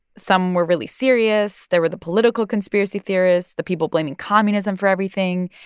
some were really serious. there were the political conspiracy theorists, the people blaming communism for everything.